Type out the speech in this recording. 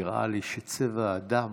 נראה לי שצבע הדם